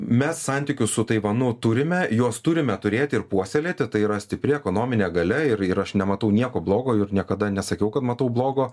mes santykius su taivanu turime juos turime turėti ir puoselėti tai yra stipri ekonominė galia ir aš nematau nieko blogo ir niekada nesakiau kad matau blogo